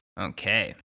Okay